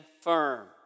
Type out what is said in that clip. firm